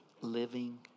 living